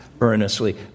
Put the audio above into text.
earnestly